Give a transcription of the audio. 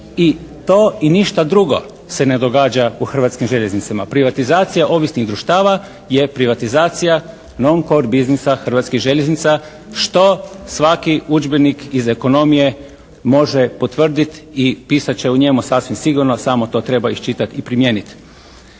I to i ništa drugo se ne događa u Hrvatskim željeznicama. Privatizacija ovisnih društava je privatizacija non cord biznisa Hrvatskih željeznica, što svaki udžbenik iz ekonomije može potvrditi. I pisat će o njemu sasvim sigurno, samo to treba iščitati i primijeniti.